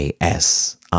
ASI